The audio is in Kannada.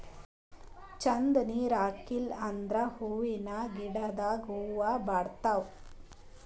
ಛಂದ್ ನೀರ್ ಹಾಕಿಲ್ ಅಂದ್ರ ಹೂವಿನ ಗಿಡದಾಗ್ ಹೂವ ಬಾಡ್ತಾವ್